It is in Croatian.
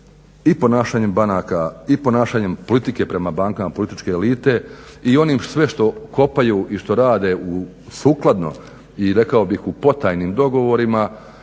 i ponašanjem banaka i ponašanjem politike prema bankama, političke elite i onim sve što kopaju i što rade u sukladno i rekao bih u potajnim dogovorima